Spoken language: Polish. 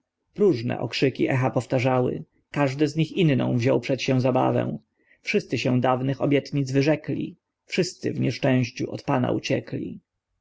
próżne okrzyki echa powtarzały każdy z nich inną wziął przed się zabawę wszyscy się dawnych obietnnic wyrzekli wszyscy w nieszczęściu od pana uciekli